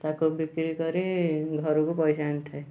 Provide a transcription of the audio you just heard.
ତାକୁ ବିକ୍ରି କରି ଘରକୁ ପଇସା ଆଣିଥାଏ